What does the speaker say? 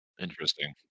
Interesting